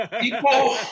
people